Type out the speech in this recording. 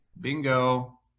bingo